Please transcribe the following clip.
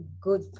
good